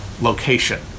location